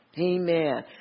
Amen